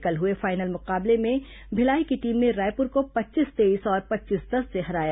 कल हुए फाइनल मुकाबले में भिलाई की टीम ने रायपुर को पच्चीस तेईस और पच्चीस दस से हराया